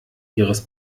ihres